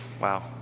wow